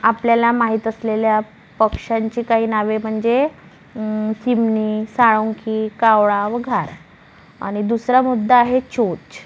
आपल्याला माहीत असलेल्या पक्ष्यांची काही नावे म्हणजे चिमणी साळुंकी कावळा व घार आणि दुसरा मुद्दा आहे चोच